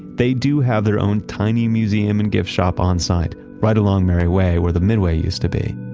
they do have their own tiny museum and gift shop on site, right along merrie way where the midway used to be.